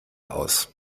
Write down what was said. aus